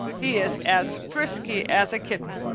he is as frisky as a kitten.